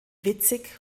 witzig